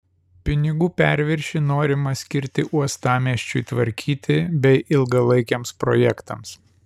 pinigų perviršį norima skirti uostamiesčiui tvarkyti bei ilgalaikiams projektams